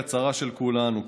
הצרה של כולנו,